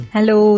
Hello